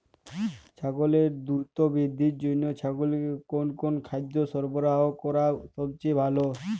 ছাগলের দ্রুত বৃদ্ধির জন্য ছাগলকে কোন কোন খাদ্য সরবরাহ করা সবচেয়ে ভালো?